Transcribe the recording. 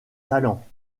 talent